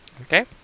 okay